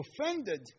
offended